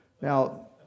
Now